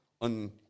on